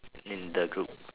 in the group